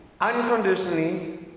unconditionally